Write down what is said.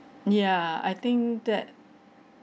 ya I think that